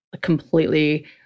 completely